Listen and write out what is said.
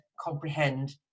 comprehend